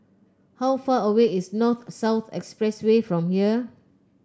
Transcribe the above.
how far away is North South Expressway from here